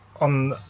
on